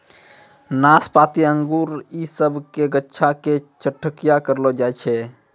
नाशपाती अंगूर इ सभ के गाछो के छट्टैय्या करलो जाय छै